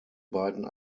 beiden